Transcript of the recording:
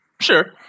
Sure